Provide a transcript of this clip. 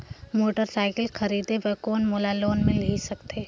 Motorcycle खरीदे बर कौन मोला लोन मिल सकथे?